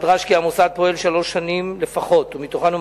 נדרש כי המוסד פועל שלוש שנים לפחות ומתוכן הוא